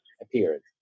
appeared